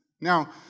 Now